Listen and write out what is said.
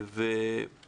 מוחלשת